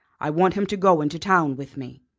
i want him to go into town with me.